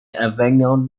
avignon